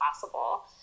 possible